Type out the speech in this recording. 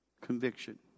conviction